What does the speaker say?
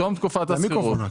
בתום תקופת השכירות.